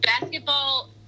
basketball